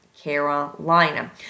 Carolina